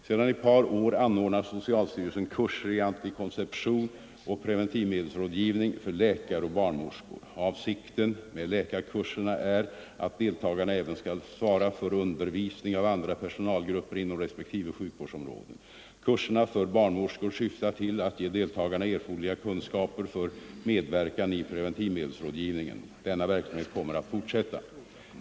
Sedan ett par år anordnar socialstyrelsen kurser i antikonception och preventivmedelsrådgivning för läkare och barnmorskor. Avsikten med läkarkurserna är att deltagarna även skall svara för undervisning av andra personalgrupper inom respektive sjukvårdsområde. Kurserna för barnmorskor syftar till att ge deltagarna erforderliga kunskaper för medverkan i preventivmedelsrådgivningen. Denna kursverksamhet kommer att fortsätta.